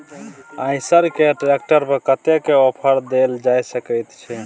आयसर के ट्रैक्टर पर कतेक के ऑफर देल जा सकेत छै?